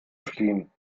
fliehen